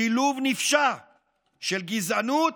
שילוב נפשע של גזענות,